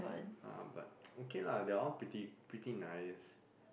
uh but okay lah they are all pretty pretty nice